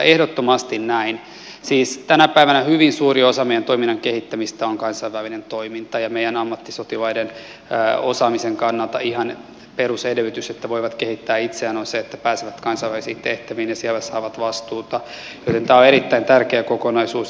ehdottomasti näin siis tänä päivänä hyvin suuri osa meidän toiminnan kehittämistä on kansainvälinen toiminta ja meidän ammattisotilaiden osaamisen kannalta ihan perusedellytys jotta he voivat kehittää itseään on se että he pääsevät kansainvälisiin tehtäviin ja siellä saavat vastuuta joten tämä on erittäin tärkeä kokonaisuus